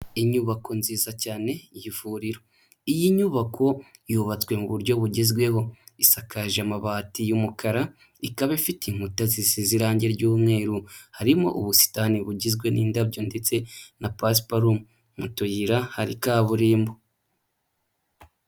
Inyubako nziza cyane y'ivuriro, iyi nyubako yubatswe mu buryo bugezweho, isakaje amabati y'umukara, ikaba ifite inkuta zisize irangi ry'umweru, harimo ubusitani bugizwe n'indabyo ndetse na pasiparumu, mu tuyira hari kaburimbo.